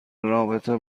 رابطه